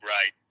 Right